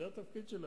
זה התפקיד שלהם.